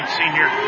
senior